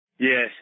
Yes